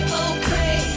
okay